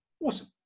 Awesome